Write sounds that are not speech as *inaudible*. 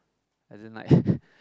as in like *breath*